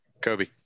Kobe